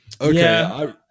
Okay